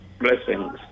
blessings